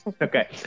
Okay